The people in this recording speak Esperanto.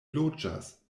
loĝas